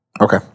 Okay